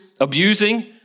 abusing